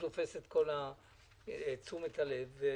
תופסת את מלוא תשומת הלב.